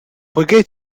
poiché